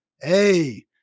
Hey